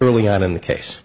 early on in the case